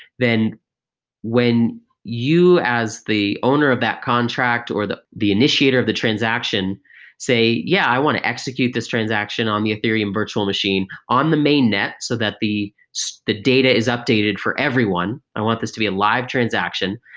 then when you as the owner of that contract or the the initiator of the transaction say, yeah, i want to execute this transaction on the ethereum virtual machine on the main net so that the so the data is updated for everyone. i want this to be a live transaction,